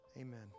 Amen